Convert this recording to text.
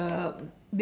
uh